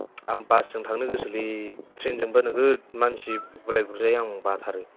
आं बासजों थांनो गोसोलै ट्रेनजोंबा नोगोद मानसि गुलाय गुजाय आं बाथारो